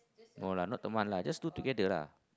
no lah not teman lah just do together lah